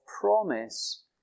promise